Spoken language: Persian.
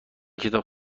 کتاب